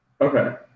Okay